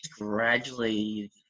gradually